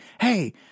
hey